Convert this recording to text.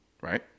right